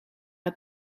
het